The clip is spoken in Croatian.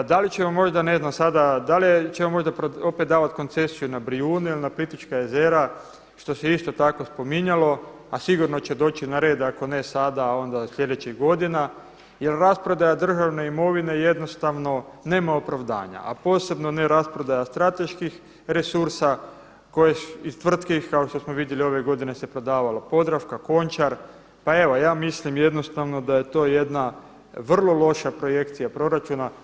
Da li ćemo možda ne znam sada, da li ćemo opet davati koncesiju na Brijune ili na Plitvička jezera što se isto tako spominjalo, a sigurno će doći na red ako ne sada onda sljedećih godina, jer rasprodaja državne imovine jednostavno nema opravdanja, a posebno ne rasprodaja strateških resursa i tvrtki, kao što smo vidjeli ove godine se prodavalo Podravka, Končar, pa evo ja mislim jednostavno da je to jedna vrlo loša projekcija proračuna.